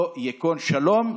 לא ייכון שלום,